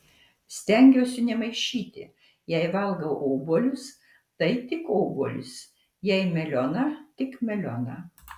stengiuosi nemaišyti jei valgau obuolius tai tik obuolius jei melioną tik melioną